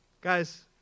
Guys